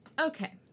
Okay